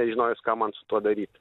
nežinojęs ką man su tuo daryt